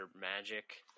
magic